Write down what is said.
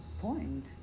point